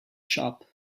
shop